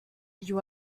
you